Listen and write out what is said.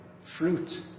fruit